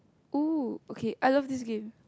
!oo! okay I love this game